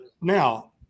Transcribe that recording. now